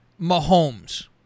Mahomes